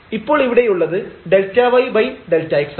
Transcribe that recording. ഇപ്പോൾ ഇവിടെയുള്ളത് ΔyΔx ആണ്